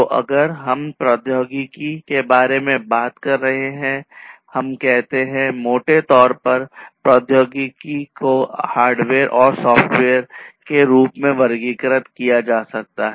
तो अगर हम प्रौद्योगिकी के बारे में बात कर रहे हैं हम कहते हैं मोटे तौर पर प्रौद्योगिकी को हार्डवेयर और सॉफ्टवेयर के रूप में वर्गीकृत किया जा सकता है